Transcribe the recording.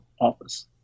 office